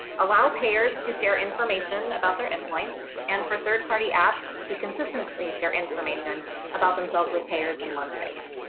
allow payers to share information about their endpoints and for third party apps to consistently share information about themselves with payers in one place.